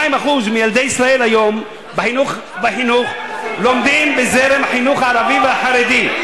52% מילדי ישראל היום לומדים בזרם החינוך הערבי והחרדי,